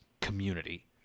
community